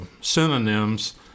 synonyms